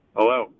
Hello